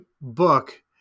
book